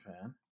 fan